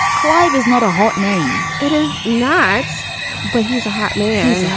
clive is not a hot name. it is not but he's a hot man.